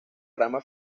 rama